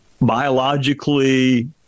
biologically